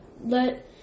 let